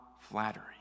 flattery